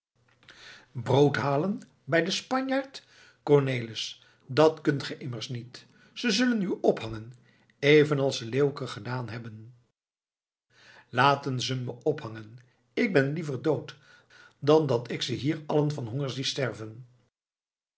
brood halen bij den spanjaard cornelis dat kunt ge immers niet ze zullen u ophangen evenals ze leeuwke gedaan hebben laten ze me ophangen ik ben liever dood dan dat ik ze hier allen van honger zie sterven